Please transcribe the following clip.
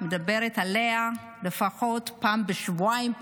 מדברת עליה לפחות פעם בשבועיים,